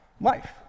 life